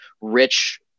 rich